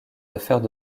affaires